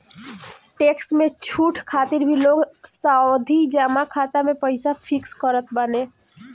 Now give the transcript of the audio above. tax में छूट खातिर भी लोग सावधि जमा खाता में पईसा फिक्स करत बाने